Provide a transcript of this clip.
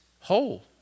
whole